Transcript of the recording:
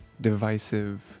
divisive